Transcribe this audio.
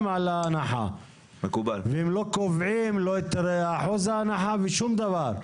להנחה והם לא קובעים לא את אחוז ההנחה ושום דבר.